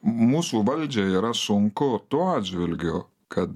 mūsų valdžiai yra sunku tuo atžvilgiu kad